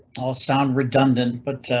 i'll sound redundant, but,